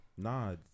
Nah